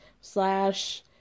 slash